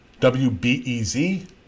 WBEZ